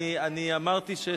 אני אמרתי שיש,